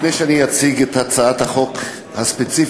לפני שאני אציג את הצעת החוק הספציפית